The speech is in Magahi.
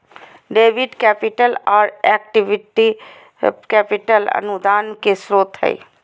डेबिट कैपिटल, आर इक्विटी कैपिटल अनुदान के स्रोत हय